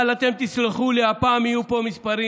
אבל אתם תסלחו לי, הפעם יהיו פה מספרים,